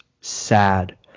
sad